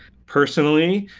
personally,